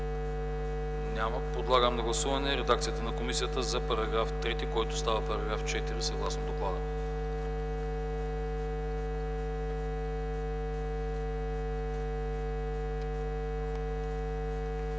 Няма. Подлагам на гласуване редакцията на комисията за § 6, който става § 7 съгласно доклада.